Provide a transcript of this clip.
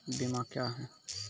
बीमा क्या हैं?